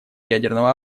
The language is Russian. ядерного